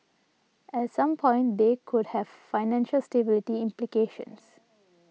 at some point they could have financial stability implications